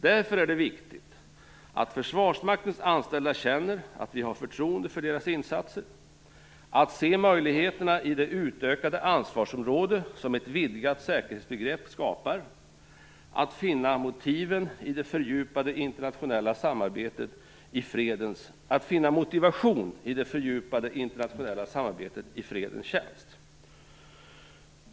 Därför är det viktigt att Försvarsmaktens anställda känner att vi har förtroende för deras insatser att se möjligheterna i det utökade ansvarsområde som ett vidgat säkerhetsbegrepp skapar att finna motivation i det fördjupade internationella samarbetet i fredens tjänst.